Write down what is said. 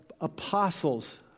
apostles